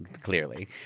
Clearly